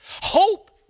hope